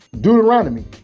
Deuteronomy